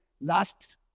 last